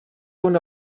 una